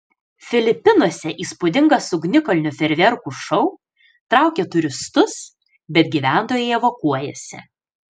filipinuose įspūdingas ugnikalnio fejerverkų šou traukia turistus bet gyventojai evakuojasi